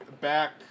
back